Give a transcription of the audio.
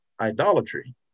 idolatry